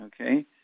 Okay